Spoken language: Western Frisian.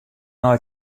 nei